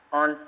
on